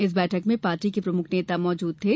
इस बैठक में पार्टी के प्रमुख नेता मौजूद थे